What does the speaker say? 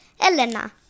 Elena